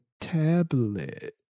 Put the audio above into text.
tablet